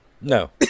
No